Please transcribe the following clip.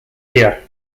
here